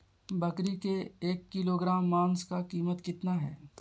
बकरी के एक किलोग्राम मांस का कीमत कितना है?